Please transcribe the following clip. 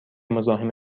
مزاحم